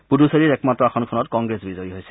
পুদুচেৰীৰ একমাত্ৰ আসনখনত কংগ্ৰেছ বিজয়ী হৈছে